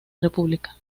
república